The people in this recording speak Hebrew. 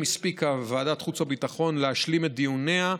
הספיקה ועדת החוץ והביטחון להשלים את דיוניה.